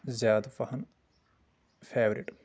زیادٕ پہم فیورِٹ